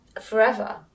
forever